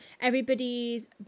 everybody's